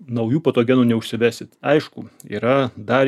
naujų patogenų neužsivesit aišku yra dar